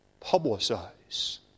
publicize